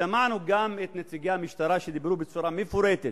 ושמענו גם את נציגי המשטרה שדיברו בצורה מפורטת